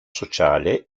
sociale